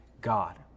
God